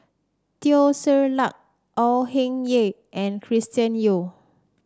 Teo Ser Luck Au Hing Yee and Chris Yeo